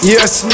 Yes